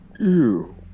ew